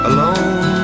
Alone